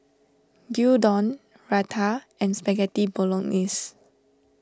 Gyudon Raita and Spaghetti Bolognese